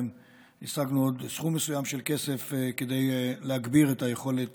השגנו עוד סכום מסוים של כסף כדי להגביר את היכולת